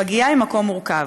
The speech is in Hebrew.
פגייה היא מקום מורכב.